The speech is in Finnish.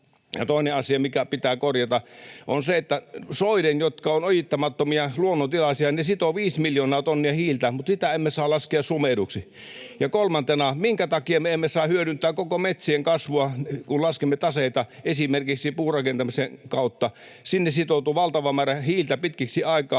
toinen asia, mikä pitää korjata, on se, että suot, jotka ovat ojittamattomia luonnontilaisia, sitovat viisi miljoonaa tonnia hiiltä, mutta sitä emme saa laskea Suomen eduksi. Ja kolmantena: Minkä takia me emme saa hyödyntää koko metsien kasvua, kun laskemme taseita esimerkiksi puurakentamisen kautta? Sinne sitoutuu valtava määrä hiiltä pitkäksi aikaa,